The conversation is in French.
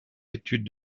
études